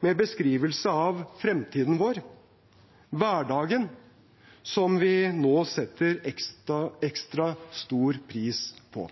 med beskrivelse av fremtiden vår, av hverdagen – som vi nå setter ekstra stor pris på.